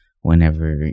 whenever